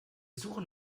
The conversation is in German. suchen